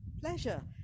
pleasure